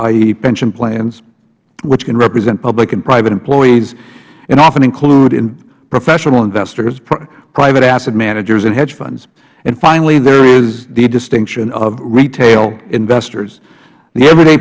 e pension plans which can represent public and private employees and often include in professional investors private asset managers and hedge funds and finally there is the distinction of retail investors the everyday